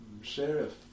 Sheriff